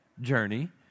journey